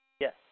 Yes